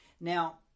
Now